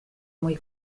muy